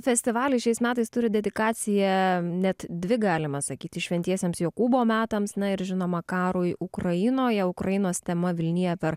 festivalis šiais metais turi dedikaciją net dvi galima sakyti šventiesiems jokūbo metams na ir žinoma karui ukrainoje ukrainos tema vilnija per